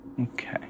Okay